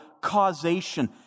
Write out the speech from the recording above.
causation